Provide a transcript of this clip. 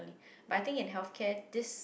but I think in healthcare this